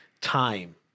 time